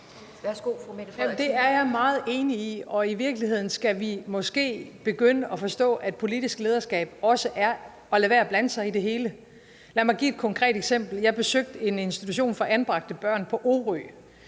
Det er jeg meget enig i, og i virkeligheden skal vi måske begynde at forstå, at politisk lederskab også er at lade være med at blande sig i det hele. Lad mig give et konkret eksempel. Jeg besøgte en institution for anbragte børn på Orø.